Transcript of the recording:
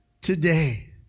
today